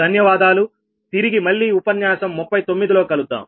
ధన్యవాదాలు తిరిగి మళ్లీ ఉపన్యాసం 39 లో కలుద్దాం